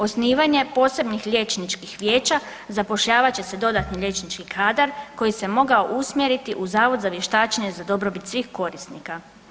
Osnivanje posebnih liječničkih vijeća zapošljavat će se dodatni liječnički kadar koji se mogao usmjeriti u Zavod za vještačenje za dobrobit svih korisnika.